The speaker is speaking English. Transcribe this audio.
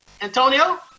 Antonio